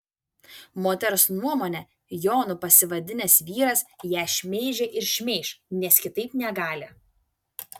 moters nuomone jonu pasivadinęs vyras ją šmeižė ir šmeiš nes kitaip negali